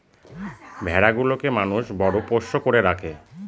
ভেড়া গুলোকে মানুষ বড় পোষ্য করে রাখে